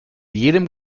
jedem